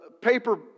paper